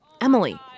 Emily